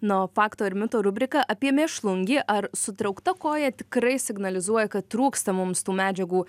na o faktų ir mitų rubrika apie mėšlungį ar sutraukta koja tikrai signalizuoja kad trūksta mums tų medžiagų